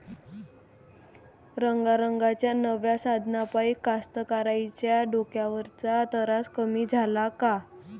रंगारंगाच्या नव्या साधनाइपाई कास्तकाराइच्या डोक्यावरचा तरास कमी झाला का?